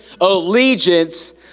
allegiance